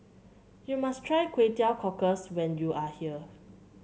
you must try Kway Teow Cockles when you are here